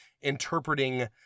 interpreting